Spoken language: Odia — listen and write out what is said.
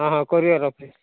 ହଁ ହଁ କୋରିୟର୍ ଅଫିସ୍